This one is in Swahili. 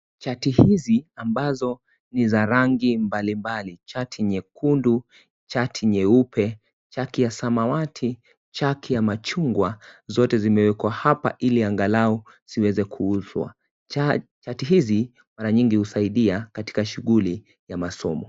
Chati hizi ambazo ni za rangi mbalimbali, chati nyakundu, chati nyeupe, chati ya samawati, chati ya machugwa zote zimeekwa hapa ili angalau ziweze kuuzwa. Chati hizi mara nyingi husaidia katika shughuli ya masoma.